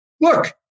Look